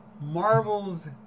Marvel's